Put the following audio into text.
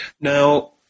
Now